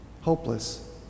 Hopeless